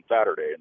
Saturday